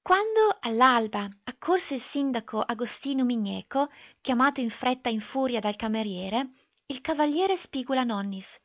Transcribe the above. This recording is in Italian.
quando all'alba accorse il sindaco agostino migneco chiamato in fretta in furia dal cameriere il cav spigula-nonnis c'era